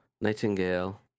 Nightingale